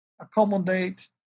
accommodate